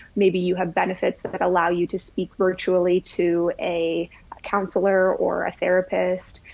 maybe you have benefits that that allow you to speak virtually to a counselor or a therapist,